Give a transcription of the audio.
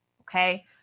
Okay